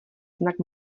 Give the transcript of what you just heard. znak